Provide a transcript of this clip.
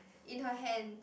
in her hands